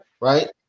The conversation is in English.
Right